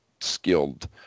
skilled